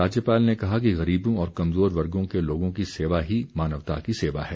राज्यपाल ने कहा कि गरीबों और कमज़ोर वर्गों के लोगों की सेवा ही मानवता की सेवा है